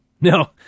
No